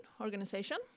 organization